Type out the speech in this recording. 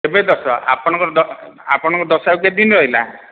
ଏବେ ଦଶ ଆପଣଙ୍କର ଆପଣଙ୍କ ଦଶ ଆଉ କେତେଦିନ ରହିଲା